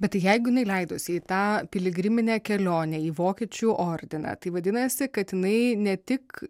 bet jeigu ne leidosi į tą piligriminę kelionę į vokiečių ordiną tai vadinasi kad jinai ne tik